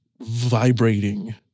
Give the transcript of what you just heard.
vibrating